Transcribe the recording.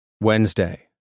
Wednesday